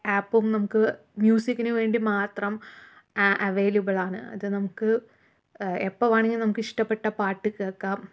ആപ്പും നമുക്ക് മ്യുസിക്കിനു വേണ്ടി മാത്രം ആ അവയിലബിളാണ് അത് നമുക്ക് എപ്പം വേണമെങ്കിലും നമുക്ക് ഇഷ്ടപ്പെട്ട പാട്ട് കേൾക്കാം